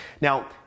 Now